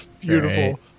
Beautiful